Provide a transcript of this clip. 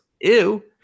ew